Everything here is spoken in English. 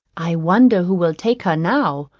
i wonder who will take her now,